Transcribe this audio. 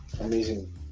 amazing